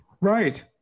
Right